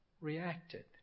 reacted